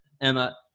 Emma